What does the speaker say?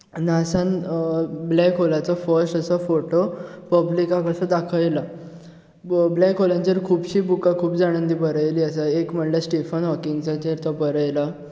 नासान black होलाचो first असो photo पब्लीकाक असो दाखयलो ब्लॅक होलाचेर खुबशीं बुकां खूब जाणांनी बरयल्ली आसात एक म्हणल्यार स्टिफन हॉकिंग्साचेर जो बरयला